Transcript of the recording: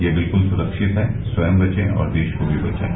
यह बिल्कुल सुरक्षित है स्वयं बचे और देश को मी बचावें